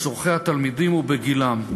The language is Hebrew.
בצורכי התלמידים ובגילם.